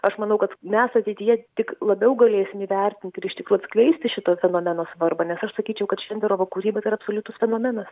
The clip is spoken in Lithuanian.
aš manau kad mes ateityje tik labiau galėsim įvertint ir iš tikro atskleisti šito fenomeno svarbą nes aš sakyčiau kad šenderovo kūryba tai yra absoliutus fenomenas